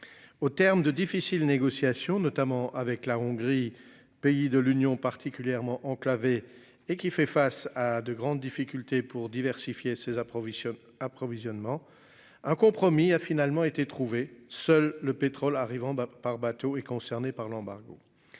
Au terme de difficiles négociations notamment avec la Hongrie, pays de l'Union particulièrement enclavé et qui fait face à de grandes difficultés pour diversifier ses approvisionnements approvisionnement. Un compromis a finalement été trouvé. Seul le pétrole arrivant bah par bateau est concernée par l'embargo.